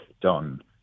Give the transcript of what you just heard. done